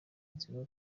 inzigo